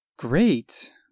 Great